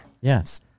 yes